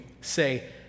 say